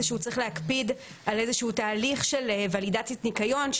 זה שהוא צריך להקפיד על איזשהו תהליך של ולידציית ניקיון.